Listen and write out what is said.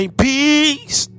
peace